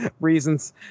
reasons